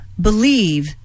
believe